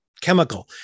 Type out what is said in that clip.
chemical